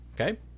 okay